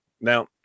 now